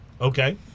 Okay